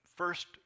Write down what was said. first